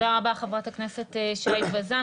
תודה רבה, חברת הכנסת שי וזאן.